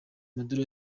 maduro